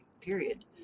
period